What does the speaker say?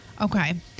okay